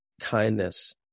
kindness